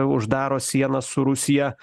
uždaro sieną su rusija